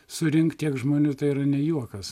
surinkt tiek žmonių tai yra ne juokas